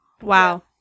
Wow